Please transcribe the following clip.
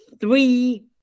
three